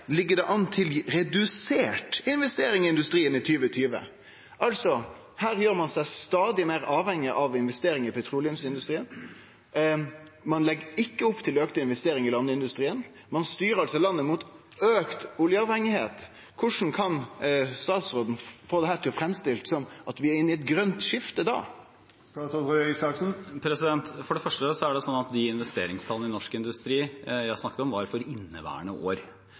ligg det an til reduserte investeringar i industrien i 2020. Her gjer ein seg stadig meir avhengig av investeringar i petroleumsindustrien. Ein legg ikkje opptil auka investeringar i landindustrien. Ein styrer landet mot større oljeavhengigheit. Korleis kan statsråden da framstille dette som at vi er inne i eit grønt skifte? For det første er det slik at de investeringstallene i norsk industri jeg snakket om, var for inneværende år.